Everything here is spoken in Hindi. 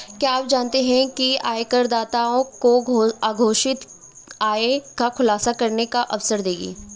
क्या आप जानते है आयकरदाताओं को अघोषित आय का खुलासा करने का अवसर देगी?